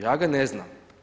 Ja ga ne znam.